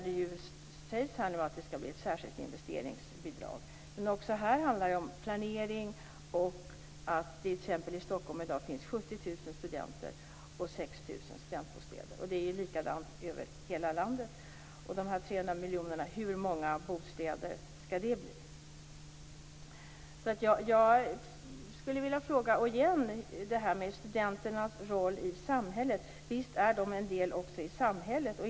Det sägs här nu att det skall bli ett särskilt investeringsbidrag. Men också här handlar det ju om planering, och att det t.ex. i Stockholm i dag finns 70 000 studenter och 6 000 studentbostäder. Det är likadant över hela landet. De här 300 miljonerna - hur många bostäder skall det bli? Jag vill fråga en gång till om studenternas roll i samhället. Visst är studenterna en del också av samhället?